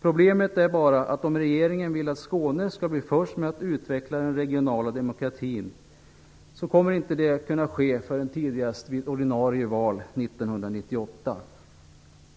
Problemet är bara att om regeringen vill att Skåne skall bli först med att utveckla den regionala demokratin kommer det inte att ske förrän tidigast vid ordinarie val 1998.